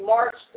March